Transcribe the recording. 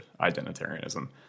identitarianism